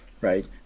right